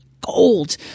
gold